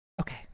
Okay